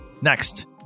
Next